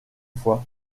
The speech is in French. fois